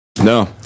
No